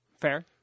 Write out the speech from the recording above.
Fair